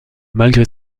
malgré